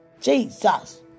Jesus